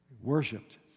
worshipped